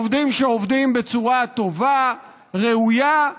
עובדים שעובדים בצורה טובה, ראויה,